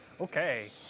Okay